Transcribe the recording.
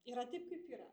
yra taip kaip yra